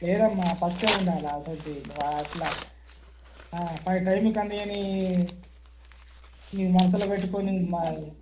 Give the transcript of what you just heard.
లేదమ్మా ఫస్టే ఉండాలా అటువంటివి నువ్వు అట్లా టైంకి అందివ్వని మీ మనసులో పెట్టుకుని మా